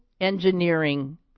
engineering